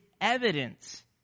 evidence